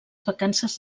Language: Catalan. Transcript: vacances